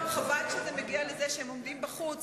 חבל שזה מגיע לזה שהם עומדים בחוץ.